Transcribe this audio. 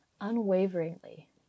unwaveringly